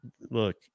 look